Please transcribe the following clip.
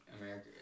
America